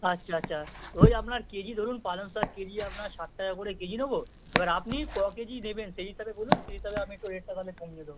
আচ্ছা আচ্ছা ওই আপনার কেজি ধরুন পালং শাক কেজি আপনার ষাট টাকা করে কেজি নেবো এবার আপনি ক কেজি নেবেন সেই হিসাবে বলুন সেই হিসাবে আমি একটু রেটটা তাহলে কমিয়ে দেবো